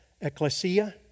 Ecclesia